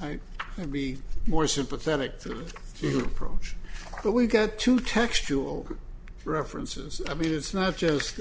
i would be more sympathetic to your approach but we've got to textual references i mean it's not just